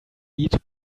need